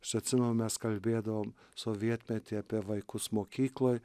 aš atsimenu mes kalbėdavom sovietmetį apie vaikus mokykloj